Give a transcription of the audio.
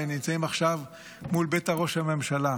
והם נמצאים עכשיו מול בית ראש הממשלה.